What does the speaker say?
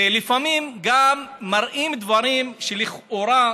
ולפעמים גם מראים דברים שלכאורה,